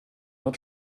not